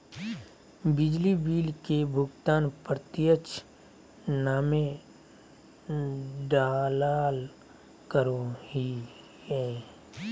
बिजली बिल के भुगतान प्रत्यक्ष नामे डालाल करो हिय